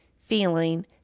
feeling